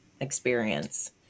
experience